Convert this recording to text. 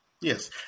Yes